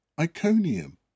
Iconium